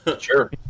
Sure